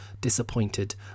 disappointed